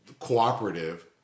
cooperative